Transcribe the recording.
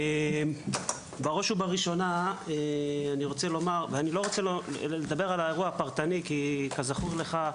אני לא רוצה לדבר על האירוע הפרטני, כי כזכור לך,